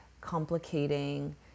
complicating